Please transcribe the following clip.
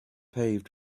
paved